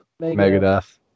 Megadeth